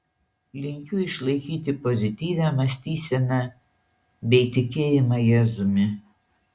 linkiu išlaikyti pozityvią mąstyseną bei tikėjimą jėzumi